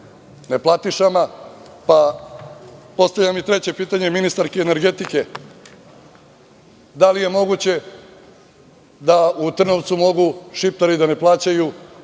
neplatišama, pa postavljam i treće pitanje ministarki energetike – da li je moguće da u Trnovcu mogu Šiptari da ne plaćaju